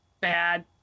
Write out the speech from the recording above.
bad